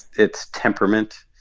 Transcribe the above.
it's temperament,